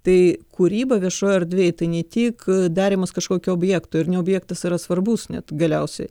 tai kūryba viešoj erdvėj tai ne tik darymas kažkokio objekto ir ne objektas yra svarbus net galiausiai